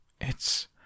It's